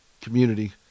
community